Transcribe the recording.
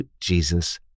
Jesus